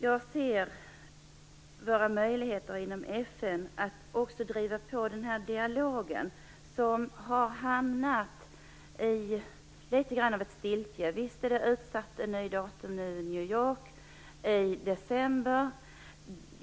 Jag ser också att vi har möjligheter att inom FN driva på den här dialogen, som har hamnat litet grand i stiltje, även om det är utsatt ett nytt datum i december i New York.